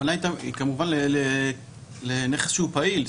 הכוונה היא כמובן לנכס פעיל,